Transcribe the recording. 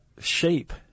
shape